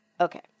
Okay